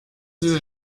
sie